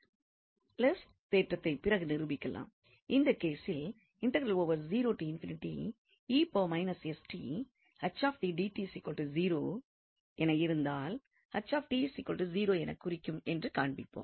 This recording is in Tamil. லெர்ச்ஸ் தேற்றத்தை பிறகு நிரூபிக்கலாம் இந்த கேசில் இருந்தால் என குறிக்கும் என்று காண்பிப்போம்